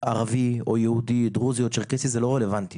ערבי או יהודי, דרוזי או צ'רקסי, זה לא רלוונטי